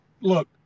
look